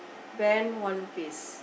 Ben one piece